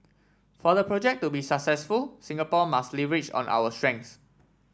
for the project to be successful Singapore must leverage on our strengths